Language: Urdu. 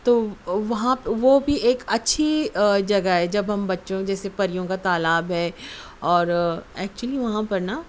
تو وہاں وہ بھی ایک اچھی جگہ ہے جب ہم بچوں جیسے پریوں کا تالاب ہے اور ایکچولی وہاں پر نا